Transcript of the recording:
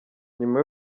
nyuma